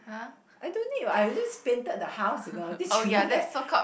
I don't need [what] I just painted the house you know didn't you know that